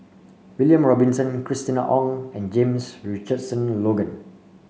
William Robinson Christina Ong and James Richardson Logan